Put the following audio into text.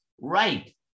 Right